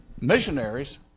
missionaries